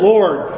Lord